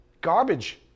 Garbage